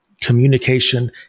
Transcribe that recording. communication